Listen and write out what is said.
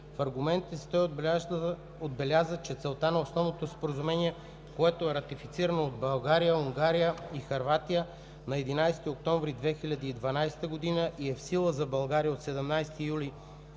В аргументите си той отбеляза, че целта на Основното споразумение, което е ратифицирано от България, Унгария и Хърватия на 11 октомври 2012 г. и е в сила за България от 17 юни